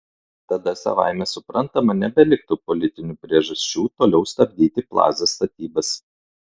tada savaime suprantama nebeliktų politinių priežasčių toliau stabdyti plaza statybas